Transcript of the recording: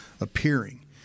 appearing